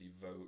vote